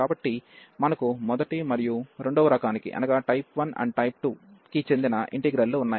కాబట్టి మనకు మొదటి మరియు రెండవ రకానికి type 1 type 2 చెందిన ఇంటిగ్రల్ లు ఉన్నాయి